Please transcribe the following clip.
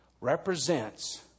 represents